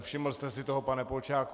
Všiml jste si toho, pane Polčáku?